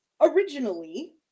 originally